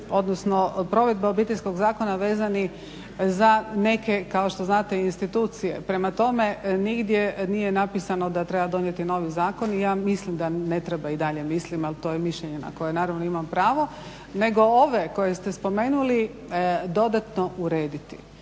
odnosno provedbe obiteljskog zakona vezani za neke kao što znate institucije. Prema tome, nigdje nije napisano da treba donijeti novi zakon i ja mislim da ne treba i dalje mislim ali to je mišljenje na koje naravno imam pravo. Nego ove koje ste spomenuli dodatno urediti.